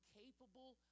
capable